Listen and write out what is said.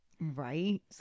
Right